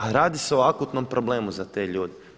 A radi se o akutnom problemu za te ljude.